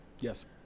Yes